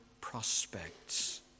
prospects